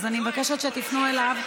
אז אני מבקשת שתפנו אליו.